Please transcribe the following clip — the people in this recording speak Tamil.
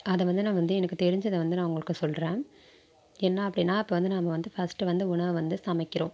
அதை வந்து நான் வந்து எனக்குத் தெரிஞ்சதை வந்து நான் உங்களுக்கு சொல்கிறேன் என்ன அப்படின்னா இப்போ வந்து நாம் வந்து ஃபஸ்ட்டு வந்து உணவை வந்து சமைக்கிறோம்